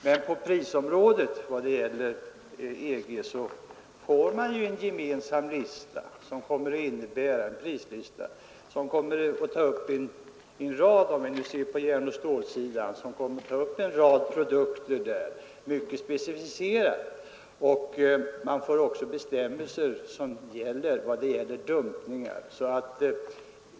Men på prisområdet — när det gäller EG — får man en gemensam prislista som kommer — för att se på järnoch stålsidan — att ta upp en rad produkter mycket specificerat, och man får också bestämmelser mot dumping.